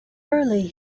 early